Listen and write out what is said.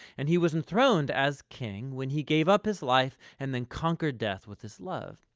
and he was enthroned as king when he gave up his life, and then conquered death with his love.